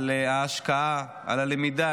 על ההשקעה, על הלמידה.